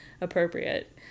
appropriate